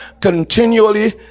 Continually